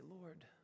Lord